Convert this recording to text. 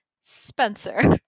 Spencer